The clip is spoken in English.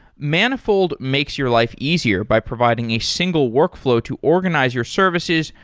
manifold makes your life easier by providing a single workflow to organize your services,